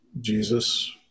Jesus